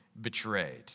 betrayed